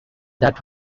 that